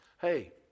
Hey